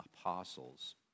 apostles